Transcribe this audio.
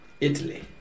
Italy